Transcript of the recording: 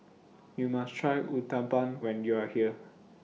YOU must Try Uthapam when YOU Are here